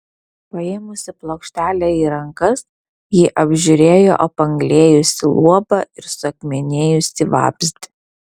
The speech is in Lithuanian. paėmusi plokštelę į rankas ji apžiūrėjo apanglėjusį luobą ir suakmenėjusį vabzdį